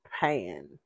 paying